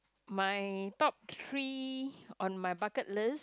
my top three on my bucket list